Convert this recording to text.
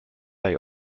they